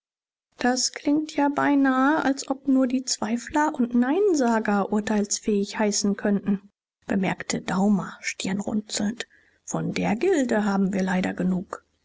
das klingt ja beinahe als ob nur die zweifler und neinsager urteilsfähig heißen könnten bemerkte daumer stirnrunzelnd von der gilde haben wir leider genug